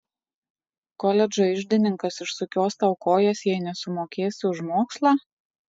koledžo iždininkas išsukios tau kojas jei nesumokėsi už mokslą